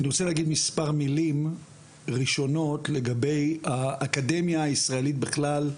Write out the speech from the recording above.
אני רוצה לומר מספר מלים ראשונות לגבי האקדמיה הישראלית בכלל,